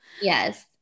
Yes